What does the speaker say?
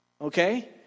Okay